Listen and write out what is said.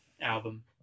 album